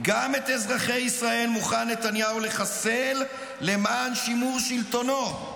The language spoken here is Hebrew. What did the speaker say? גם את אזרחי ישראל מוכן נתניהו לחסל למען שימור שלטונו.